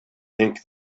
think